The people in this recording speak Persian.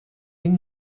این